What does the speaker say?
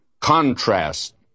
contrast